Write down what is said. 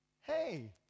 Hey